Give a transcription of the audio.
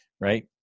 right